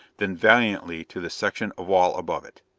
then valiantly to the section of wall above it.